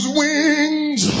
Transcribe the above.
wings